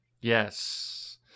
Yes